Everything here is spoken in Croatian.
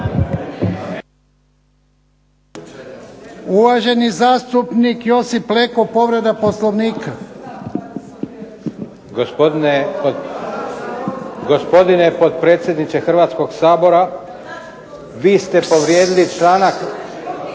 Uvaženi zastupnik Josip Leko, povreda Poslovnika. **Leko, Josip (SDP)** Gospodine potpredsjedniče Hrvatskog sabora, vi ste povrijedili članak 1.